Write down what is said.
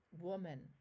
woman